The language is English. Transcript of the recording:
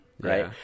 right